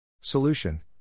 Solution